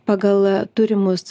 pagal turimus